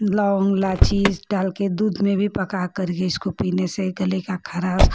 लौन्ग इलाइची डालकर के दूध में भी पका करके इसको पीने से गले की ख़राश